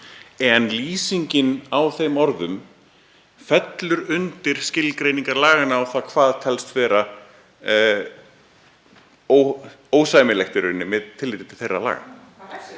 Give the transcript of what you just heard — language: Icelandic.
en lýsingin á þeim orðum fellur undir skilgreiningu laganna á því sem telst vera ósæmilegt með tilliti til þeirra laga. Þess